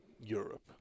europe